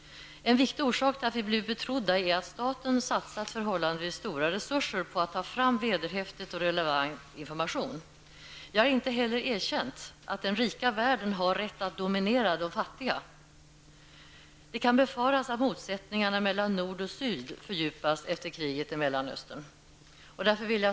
En viktig orsak till att vi i Sverige blivit betrodda är att staten satsat förhållandevis stora resurser på att ta fram vederhäftig och relevant information. Vi har heller inte erkänt att den rika världen har rätt att dominera den fattiga. Det kan befaras att motsättningarna mellan nord och syd kan fördjupas efter kriget i Mellanöstern.